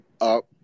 up